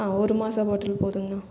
ஆ ஒரு மாஸா பாட்டில் போதுங்கணா